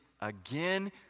again